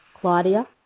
Claudia